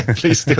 please